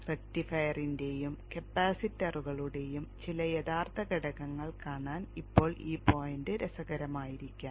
റക്റ്റിഫയറിന്റെയും കപ്പാസിറ്ററുകളുടെയും ചില യഥാർത്ഥ ഘടകങ്ങൾ കാണാൻ ഇപ്പോൾ ഈ പോയിന്റ് രസകരമായിരിക്കാം